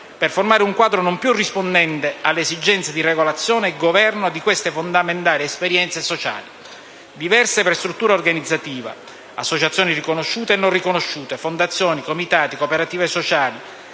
per formare un quadro non più rispondente alle esigenze di regolazione e governo di queste fondamentali esperienze sociali. Diverse per struttura organizzativa (associazioni riconosciute e non riconosciute, fondazioni, comitati, cooperative sociali,